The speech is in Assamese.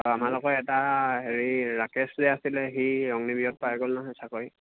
অঁ আমাৰ লগৰ এটা হেৰি ৰাকেশ যে আছিলে সি অগ্নিবীৰত পাই গ'ল নহয় চাকৰি